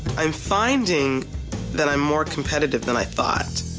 i'm finding that i'm more competitive than i thought,